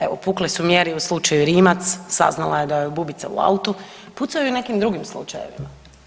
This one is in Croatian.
Evo pukle su mjere i u slučaju Rimac, saznala je da joj je bubica u autu, pucaju i u nekim drugim slučajevima.